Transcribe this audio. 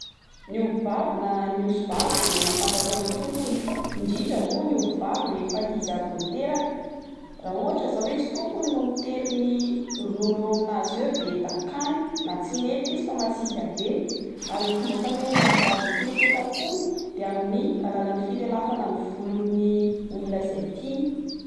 Ny omby vavy na ny osy vavy de mafantatra ny tompony, indrindra moa ny omby vavy refa izy avy niteraka, raha ohatra zao oe tsy tompony no mitery ny ronono eo amin'azy eo de dakany na tsy mety izy fa masiaka be, ary ny fanehoan'ny omby vavy ny fireketam-pony de amin'ny alalan'ny filelafana ny volon'ny olona zay tiany.